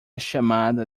chamada